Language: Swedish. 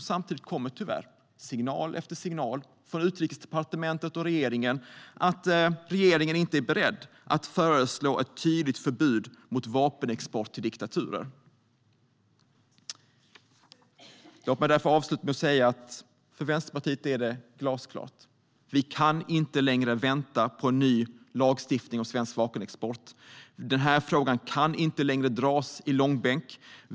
Samtidigt kommer tyvärr signal efter signal från Utrikesdepartementet och regeringen om att regeringen inte är beredd att föreslå ett tydligt förbud mot vapenexport till diktaturer. Låt mig därför avsluta med att säga att för Vänsterpartiet är det glasklart. Vi kan inte längre vänta på en ny lagstiftning om svensk vapenexport. Den här frågan kan inte längre dras i långbänk.